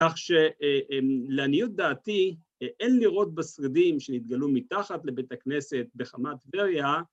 ‫כך שלעניות דעתי, אין לראות בשרידים ‫שנתגלו מתחת לבית הכנסת בחמת טבריה.